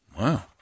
Wow